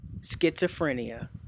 schizophrenia